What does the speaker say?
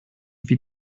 wie